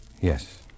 Yes